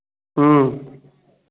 ह्म्म